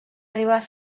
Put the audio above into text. arribar